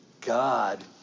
God